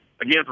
again